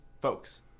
Folks